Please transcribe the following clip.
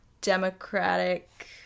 Democratic